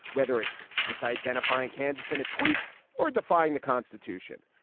whether it's misidentifying kansas in a tweet or defying the constitution,